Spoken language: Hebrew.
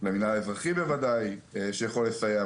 למנהל האזרחי בוודאי שיכול לסייע.